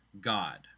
God